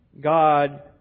God